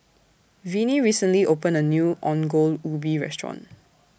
Vinie recently opened A New Ongol Ubi Restaurant